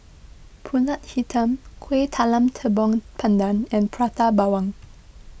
Pulut Hitam Kueh Talam Tepong Pandan and Prata Bawang